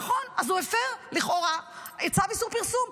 נכון, אז הוא הפר לכאורה צו איסור פרסום.